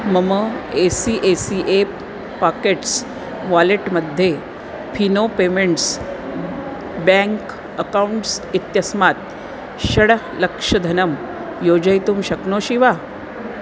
मम A C A C A pockets wallet मध्ये Fino payments bank accounts इत्यस्मात् षड्लक्षं धनं योजयितुं शक्नोषि वा